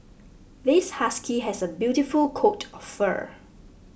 this husky has a beautiful coat of fur